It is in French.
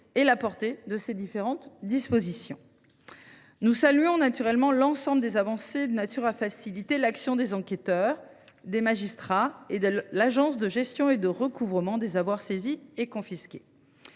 et la portée de ces différentes dispositions. Nous saluons naturellement l’ensemble des avancées de nature à faciliter l’action des enquêteurs, des magistrats et de l’Agence de gestion et de recouvrement des avoirs saisis et confisqués.